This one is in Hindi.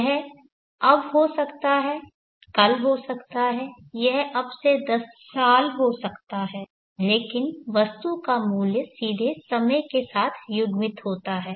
यह अब हो सकता है कल हो सकता है यह अब से 10 साल हो सकता है लेकिन वस्तु का मूल्य सीधे समय के साथ युग्मित होता है